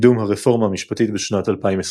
קידום "הרפורמה המשפטית" בשנת 2023